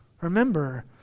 remember